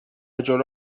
جلو